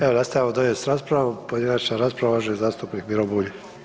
Evo nastavljamo dalje s raspravom, pojedinačna rasprava, uvaženi zastupnik Miro Bulj.